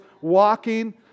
walking